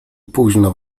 późno